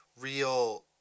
real